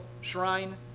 shrine